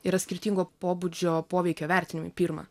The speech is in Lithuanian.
yra skirtingo pobūdžio poveikio vertinimai pirma